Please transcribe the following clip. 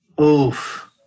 Oof